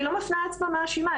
אני לא מפנה אצבע מאשימה,